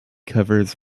covers